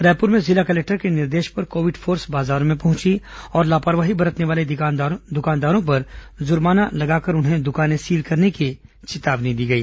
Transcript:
रायपुर में जिला कलेक्टर के निर्देश पर कोविड फोर्स बाजारों में पहुंची और लापरवाही बरतने वाले दुकानदारों पर जुर्माना लगाकर उन्हें दुकानें सील करने की चेतावनी दी गई